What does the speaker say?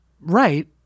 Right